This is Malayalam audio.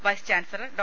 vice chancellor Dr